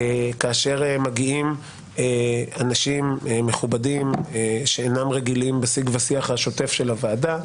כאשר מגיעים אנשים מכובדים שאינם רגילים בשיג ושיח השוטף של הוועדה,